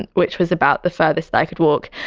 and which was about the furthest i could walk.